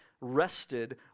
rested